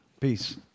Peace